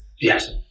Yes